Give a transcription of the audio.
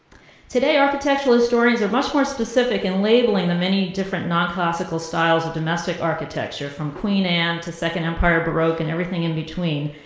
today, architectural historians are much more specific in labeling the different non-classical styles of domestic architecture, from queen anne to second empire baroque and everything in between.